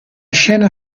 scena